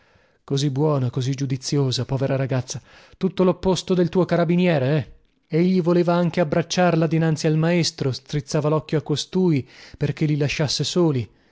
così buona così giudiziosa povera ragazza tutto lopposto del tuo carabiniere eh egli voleva anche abbracciarla dinanzi al maestro strizzava locchio a costui perchè li lasciasse soli